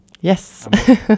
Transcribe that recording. Yes